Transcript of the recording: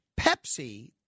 Pepsi